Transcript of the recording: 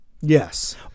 Yes